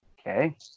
okay